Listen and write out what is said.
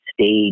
stage